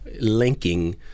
linking